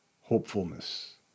hopefulness